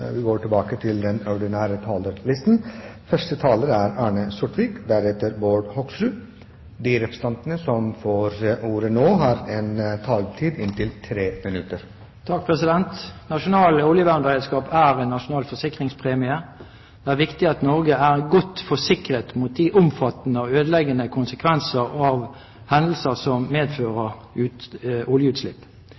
De talere som heretter får ordet, har en taletid på inntil 3 minutter. Nasjonal oljevernberedskap er en nasjonal forsikringspremie. Det er viktig at Norge er godt forsikret mot de omfattende og ødeleggende konsekvenser av hendelser som medfører